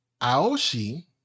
Aoshi